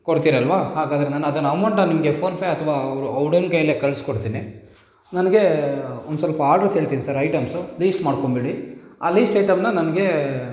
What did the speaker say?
ಕೊಡ್ತೀರಲ್ವ ಹಾಗಾದರೆ ನಾನು ಅದನ್ನ ಅಮೌಂಟ್ನ ನಿಮಗೆ ಫೋನ್ ಫೇ ಅಥವಾ ಅವರು ಆ ಹುಡ್ಗನ ಕೈಯ್ಯಲ್ಲೇ ಕಳ್ಸಿ ಕೊಡ್ತೀನಿ ನನಗೆ ಒಂದು ಸ್ವಲ್ಪ ಆರ್ಡರ್ಸ್ ಹೇಳ್ತೀನಿ ಸರ್ ಐಟಮ್ಸು ಲೀಸ್ಟ್ ಮಾಡ್ಕೊಂಡ್ಬಿಡಿ ಆ ಲೀಸ್ಟ್ ಐಟಮ್ನ ನನಗೆ